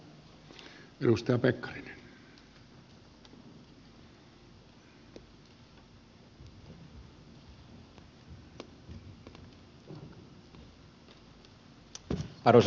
arvoisa puhemies